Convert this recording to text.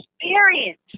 experience